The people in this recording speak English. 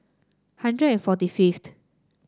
hundred and forty fifth